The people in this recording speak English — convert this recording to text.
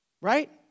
Right